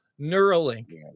Neuralink